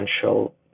potential